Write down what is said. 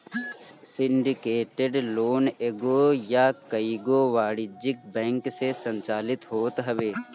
syndicated loan एगो या कईगो वाणिज्यिक बैंक से संचालित होत हवे